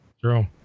True